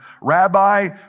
Rabbi